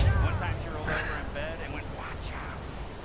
one time she rolled over in bed, and went, watch out!